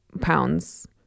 pounds